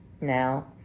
Now